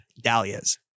dahlias